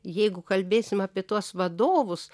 jeigu kalbėsim apie tuos vadovus